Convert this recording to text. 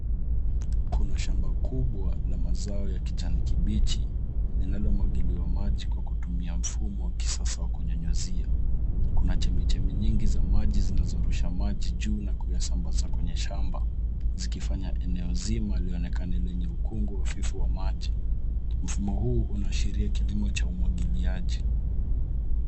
Kuna shamba kubwa la mazao ya kijani kibichi linalomwagiliwa maji kwa kutumia mfumo wa kisasa wa kunyunyizia. Kuna chemichemi nyingi za maji zinazorusha maji juu na kuyasambaza kwenye shamba zikifanya eneo zima lionekane lenye ukungu hafifu wa maji. Mfumo huu unaashiria kilimo cha umwagiliaji.